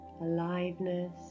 aliveness